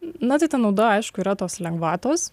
na tai ta nauda aišku yra tos lengvatos